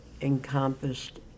encompassed